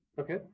okay